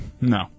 No